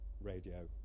Radio